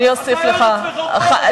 אתה הרס וחורבן אתה.